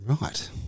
right